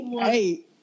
hey